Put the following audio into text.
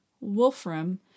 Wolfram